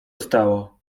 stało